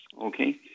Okay